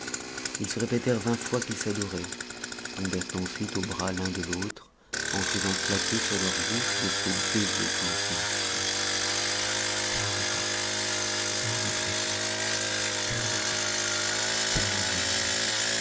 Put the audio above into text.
ils se répétèrent vingt fois qu'ils s'adoraient tombèrent ensuite aux bras l'un de l'autre en faisant claquer sur leurs bouches de ces baisers qui ne finissent plus tiens mon rat tiens mon trésor tiens ma reine tiens mon bien-aimé